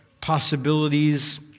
possibilities